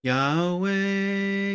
Yahweh